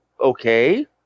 Okay